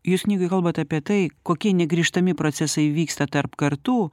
jūs knygoj kalbat apie tai kokie negrįžtami procesai vyksta tarp kartų